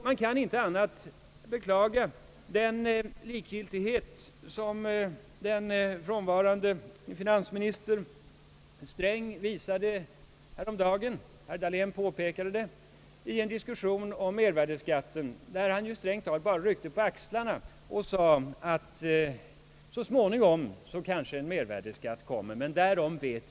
Man kan inte annat än beklaga den likgiltighet varmed den i dag frånvarande finansminister Sträng häromdagen — som herr Dahlén påpekade — i en diskussion om mervärdeskatten bara ryckte på axlarna och sade att så småningom kanske en mervärdeskatt kommer.